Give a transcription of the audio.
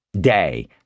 day